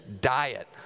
diet